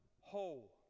Whole